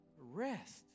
rest